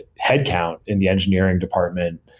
headcount in the engineering department,